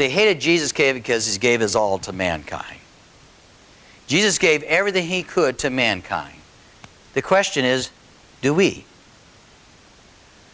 they hated jesus k because he gave his all to mankind jesus gave everything he could to mankind the question is do we